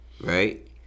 Right